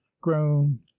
grown